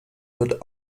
wird